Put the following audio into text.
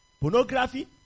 Pornography